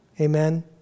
Amen